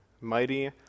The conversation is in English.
mighty